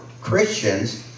Christians